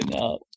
up